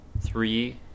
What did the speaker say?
three